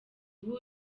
ubu